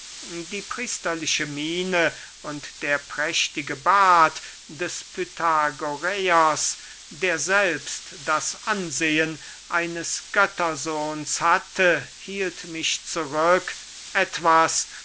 die priesterliche miene und der prächtige bart des pythagoräers der selbst das ansehen eines göttersohns hatte hielt mich zurück etwas